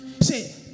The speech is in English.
Say